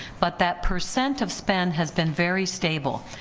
but that percent of spend has been very stable.